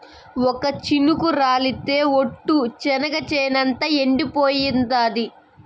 ఒక్క చినుకు రాలితె ఒట్టు, చెనిగ చేనంతా ఎండిపోతాండాది